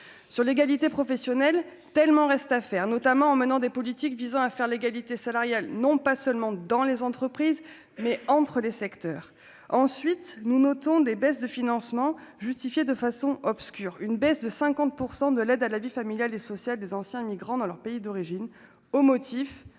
sur l'égalité professionnelle tellement reste à faire, notamment en menant des politiques visant à faire l'égalité salariale, non pas seulement dans les entreprises, mais entre les secteurs, ensuite nous notons des baisses de financement justifier de façon obscure, une baisse de 50 % de l'aide à la vie familiale et sociale des anciens migrants dans leur pays d'origine au motif